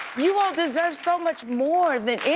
you all deserve so much more than